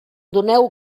doneu